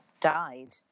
died